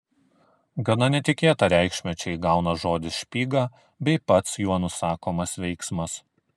gana netikėtą reikšmę čia įgauna žodis špyga bei pats juo nusakomas veiksmas